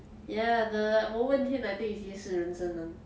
ya the 我问天 I think is 夜市人生 one